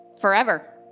forever